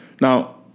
Now